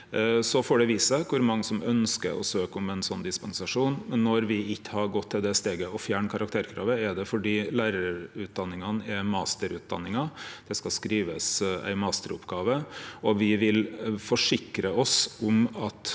Så får det vise seg kor mange som ønskjer å søkje om ein sånn dispensasjon. Når me ikkje har gått til det steget å fjerne karakterkravet, er det fordi lærarutdanningane er masterutdanningar. Det skal skrivast ei masteroppgåve, og me vil forsikre oss om at